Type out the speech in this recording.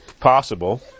possible